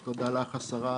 אני חושבת שהנושא של הפחתה,